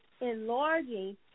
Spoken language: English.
enlarging